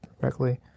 correctly